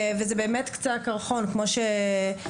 וזה באמת קצה הקרחון כמו שהראיתם.